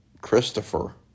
Christopher